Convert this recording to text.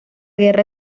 guerra